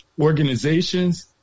organizations